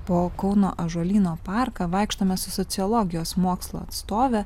po kauno ąžuolyno parką vaikštome su sociologijos mokslo atstove